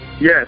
Yes